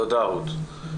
תודה, רות.